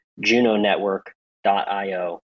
junonetwork.io